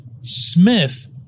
Smith